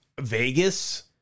Vegas